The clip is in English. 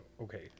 okay